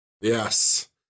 Yes